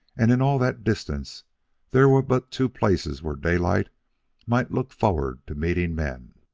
and in all that distance there were but two places where daylight might look forward to meeting men.